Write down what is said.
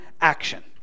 action